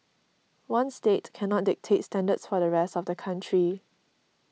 one state can not dictate standards for the rest of the country